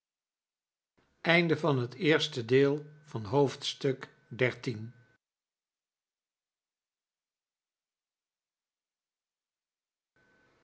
onderwerp van het gesprek haar van het